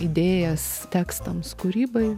idėjas tekstams kūrybai